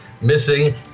missing